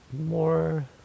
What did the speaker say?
more